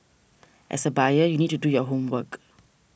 as a buyer you need to do your homework